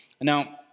now